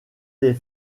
des